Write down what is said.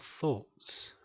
thoughts